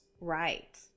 right